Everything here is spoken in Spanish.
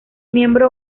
miembro